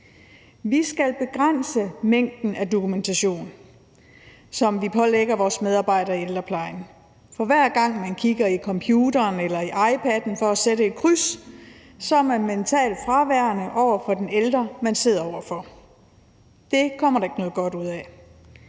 Vi skal begrænse mængden af dokumentation, som vi pålægger vores medarbejdere i ældreplejen, for hver gang man kigger i computeren eller i sin iPad for at sætte et kryds, er man mentalt fraværende over for den ældre, som man sidder over for. Det kommer der ikke noget godt ud af.